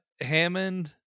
Hammond